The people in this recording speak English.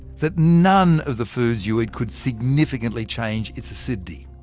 that none of the foods you eat could significantly change its acidity.